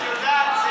את יודעת,